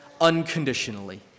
unconditionally